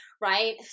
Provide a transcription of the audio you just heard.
right